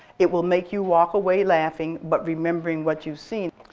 it will make you walk away laughing, but remembering what you've seen.